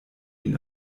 ihn